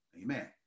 Amen